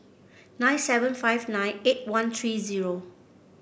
nine seven five nine eight one three zero